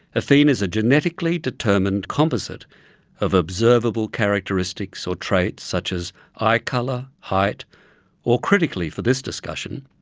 a phene is a genetically determined composite of observable characteristics or traits such as eye colour, height or, critically for this discussion,